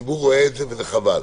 והציבור רואה את זה, וחבל.